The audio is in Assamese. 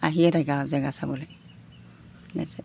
আহিয়ে থাকে আৰু জেগা চাবলৈ ঠিকে আছে